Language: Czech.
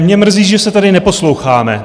Mě mrzí, že se tady neposloucháme.